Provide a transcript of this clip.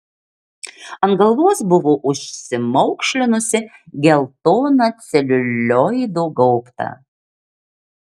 ant galvos buvo užsimaukšlinusi geltoną celiulioido gaubtą